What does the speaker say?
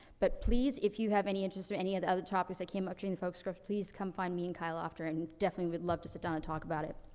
but please, if you have any interests in any of the other topics that came up during the focus groups, please come find me and kyle after, and definitely we'd love to sit down and talk about it.